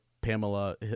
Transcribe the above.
pamela